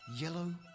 yellow